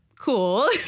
Cool